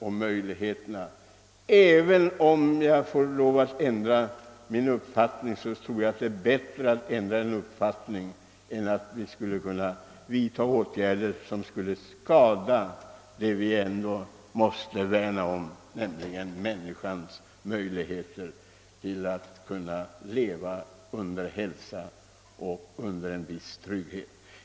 även om detta skulle tvinga mig att ändra min uppfattning, är det bättre än att vi vidtar åtgärder som skulle skada det vi ändå måste värna, nämligen människornas möjligheter att leva i hälsa och under en viss trygghet.